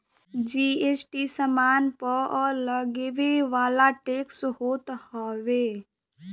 GST सामान पअ लगेवाला टेक्स होत हवे